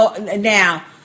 Now